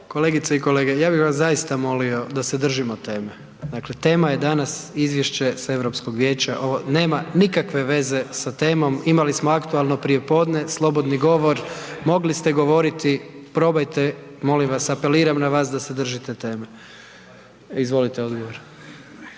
Kolegice i kolege, ja bih vas zaista molio da se držimo teme, dakle tema je danas Izvješće sa Europskog vijeća. Ovo nema nikakve veze sa temom, imali smo aktualno prijepodne, slobodni govor, mogli ste govoriti, probajte, molim vas, apeliram na vas da se držite teme. Izvolite odgovor.